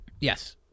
Yes